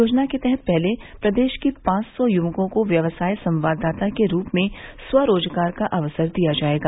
योजना के तहत पहले प्रदेश के पांच सौ युवकों को व्यवसाय संवाददाता के रूप में स्वरोजगार का अवसर दिया जायेगा